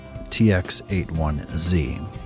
TX81Z